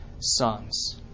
sons